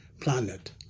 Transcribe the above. planet